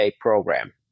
program